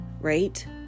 Right